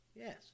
yes